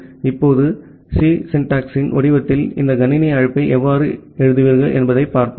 இப்போது சி சிண்டாக்ஸின் வடிவத்தில் இந்த கணினி அழைப்பை எவ்வாறு எழுதுவீர்கள் என்பதைப் பார்ப்போம்